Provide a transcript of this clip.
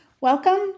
Welcome